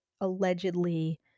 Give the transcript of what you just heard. allegedly